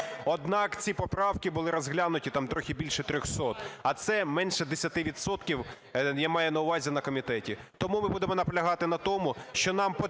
Однак ці поправки були розглянуті, там, трохи більше 300, а це менше 10 відсотків (я маю на увазі, на комітеті). Тому ми будемо наполягати на тому, що нам потрібно